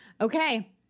Okay